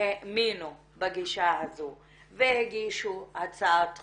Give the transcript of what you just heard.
שהאמינו בגישה הזו והגישו הצעת חוק.